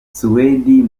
suwedi